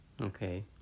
Okay